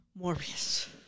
Morbius